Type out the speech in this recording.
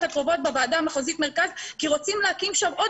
הקרובות בוועדה המחוזית מרכז כי רוצים להקים שם עוד